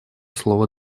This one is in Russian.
слово